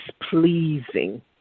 displeasing